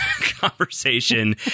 conversation